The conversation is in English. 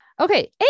Okay